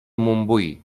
montbui